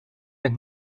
het